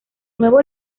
nuevo